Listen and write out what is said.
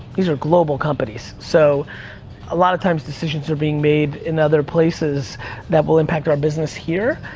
these are global companies, so a lot of times, decisions are being made in other places that will impact our business here.